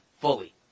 fully